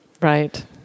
Right